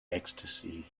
ecstasy